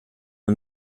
the